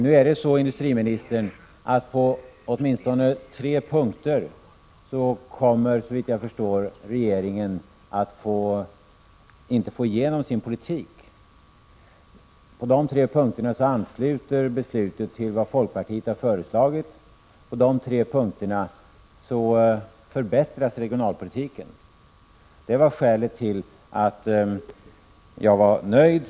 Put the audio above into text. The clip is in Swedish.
Nu kommer emellertid regeringen på åtminstone tre punkter, industriministern, inte att få igenom sin politik. På dessa tre punkter ansluter beslutet till vad folkpartiet har föreslagit, och på dessa tre punkter förbättras regionalpolitiken. Det var skälet till att jag var nöjd.